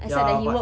ya but